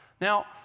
Now